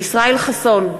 ישראל חסון,